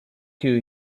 two